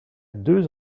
deux